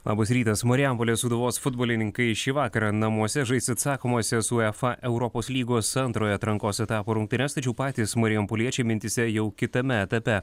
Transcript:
labas rytas marijampolės sūduvos futbolininkai šį vakarą namuose žais atsakomąsias uefa europos lygos antrojo atrankos etapo rungtynes tačiau patys marijampoliečiai mintyse jau kitame etape